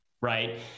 right